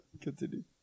continue